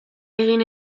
egin